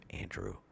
Andrew